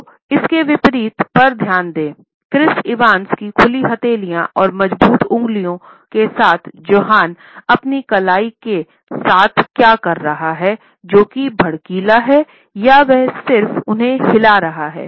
तो इसके विपरीत पर ध्यान दें क्रिस इवांस की खुली हथेलिया और मजबूत उंगलिया के साथ जोनाह अपनी कलाई के साथ क्या कर रहा है जो कि भड़कीला हैया वह सिर्फ वह हिलाता है